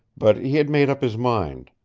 but he had made up his mind.